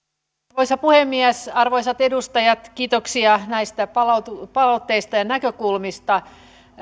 arvoisa puhemies arvoisat edustajat kiitoksia näistä palautteista ja näkökulmista